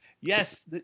Yes